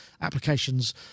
applications